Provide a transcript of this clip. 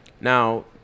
Now